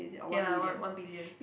ya one one billion